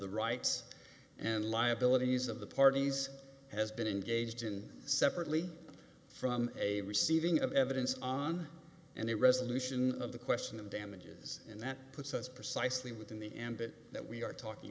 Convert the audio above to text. the rights and liabilities of the parties has been engaged in separately from a receiving of evidence on and the resolution of the question of damages and that puts us precisely within the ambit that we are talking